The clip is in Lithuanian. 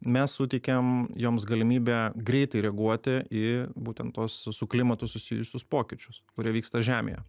mes suteikiam joms galimybę greitai reaguoti į būtent tuos su su klimatu susijusius pokyčius kurie vyksta žemėje